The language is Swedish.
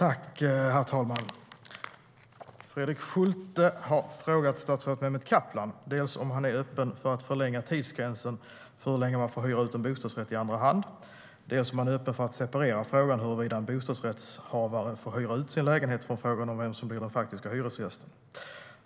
Herr talman! Fredrik Schulte har frågat statsrådet Mehmet Kaplan dels om han är öppen för att förlänga tidsgränsen för hur länge man får hyra ut en bostadsrätt i andra hand, dels om han är öppen för att separera frågan huruvida en bostadsrättshavare får hyra ut sin lägenhet från frågan om vem som blir den faktiska hyresgästen.